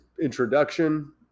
introduction